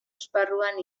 esparruan